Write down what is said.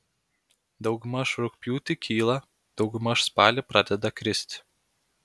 daugmaž rugpjūtį kyla daugmaž spalį pradeda kristi